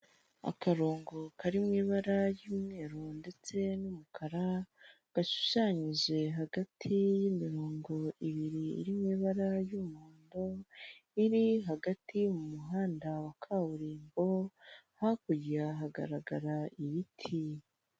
Akarongo kari mu ibara ry'umweru ndetse n'umukara, gashushanyije hagati y'imirongo ibiri iri mu ibara ry'umuhondo, iri hagati mu muhanda wa kaburimbo, hakurya hagaragara ibiti.